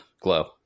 Glow